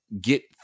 get